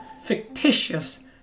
fictitious